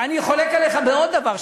ואני חולק עליך בעוד דבר,